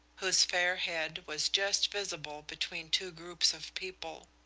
whose fair head was just visible between two groups of people.